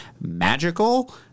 magical